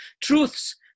truths